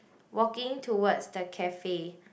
walking towards the cafe